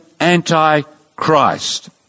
Antichrist